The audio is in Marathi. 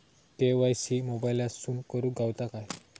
के.वाय.सी मोबाईलातसून करुक गावता काय?